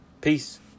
Peace